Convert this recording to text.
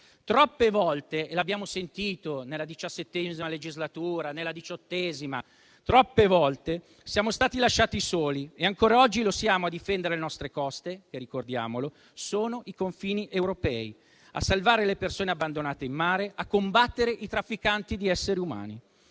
Troppe volte - l'abbiamo sentito nella XVII, così come nella XVIII legislatura - siamo stati lasciati soli (e ancora oggi lo siamo) a difendere le nostre coste, che - ricordiamolo - sono i confini europei, a salvare le persone abbandonate in mare e a combattere i trafficanti di esseri umani.